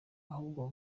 ahubwo